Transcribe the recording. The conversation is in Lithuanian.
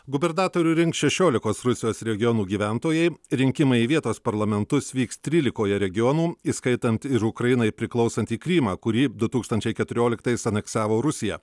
gubernatorių rinks šešiolikos rusijos regionų gyventojai rinkimai į vietos parlamentus vyks trylikoje regionų įskaitant ir ukrainai priklausantį krymą kurį du tūkstančiai keturioliktais aneksavo rusija